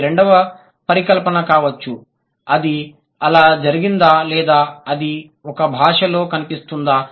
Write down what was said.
ఇది రెండవ పరికల్పన కావచ్చు అది ఆలా జరిగిందా లేదా అది ఒక భాషలో కనిపిస్తుందా